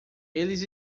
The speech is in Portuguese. eles